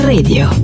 Radio